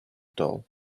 dull